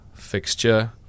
fixture